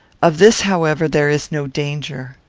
of this, however, there is no danger.